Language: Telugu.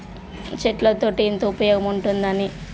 చెట్ల తోటి ఎంత ఉపయోగం ఉంటుందని